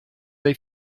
they